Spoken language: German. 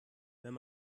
wenn